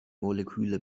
moleküle